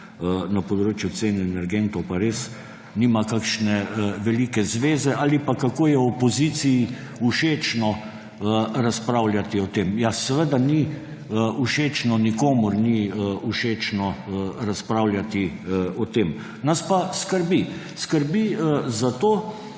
na področju cen energentov pa res nima kakšne velike zveze, ali pa o tem, kako je opoziciji všečno razpravljati o tem. Seveda ni všečno, nikomur ni všečno razpravljati o tem. Nas pa skrbi. Skrbi zato,